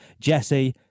Jesse